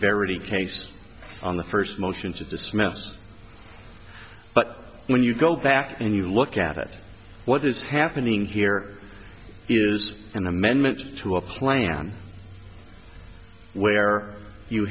case on the first motion to dismiss but when you go back and you look at it what is happening here is an amendment to a plan where you